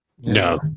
No